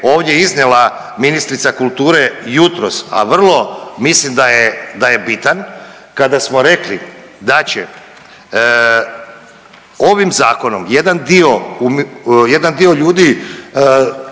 ovdje iznijela ministrica kulture jutros, a vrlo mislim da je bitan kada smo rekli da će ovim zakonom jedan dio, jedan